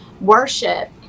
worship